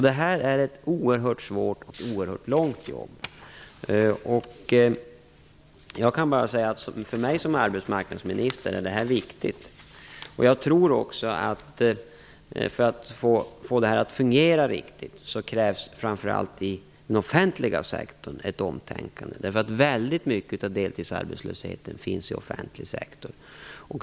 Det här är alltså ett oerhört svårt och ett oerhört långvarigt jobb, men för mig som arbetsmarknadsminister är det viktigt. Jag tror att det för att det här skall fungera riktigt krävs ett omtänkande framför allt i den offentliga sektorn, eftersom väldigt mycket av deltidsarbetslösheten finns där.